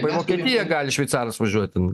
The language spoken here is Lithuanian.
į vokietiją gali šveicaras važiuoti